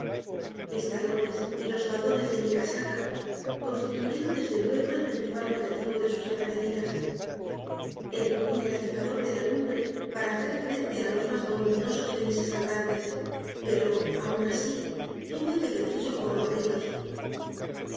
mis talones y los faldones de mi casaca constituyeron desde luego el principal objetivo de sus arremetidas empuñé el atizador de la lumbre para hacer frente a los más voluminosos de mis asaltantes pero aún así tuve que pedir socorro a gritos